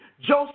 Joseph